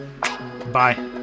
Bye